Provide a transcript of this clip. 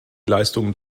leistungen